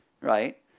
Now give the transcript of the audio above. right